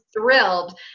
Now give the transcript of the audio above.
thrilled